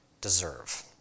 deserve